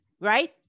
right